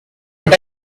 but